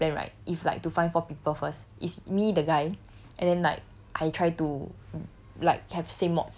if I were to stick to your plan right if like to find four people first is me the guy and then like I try to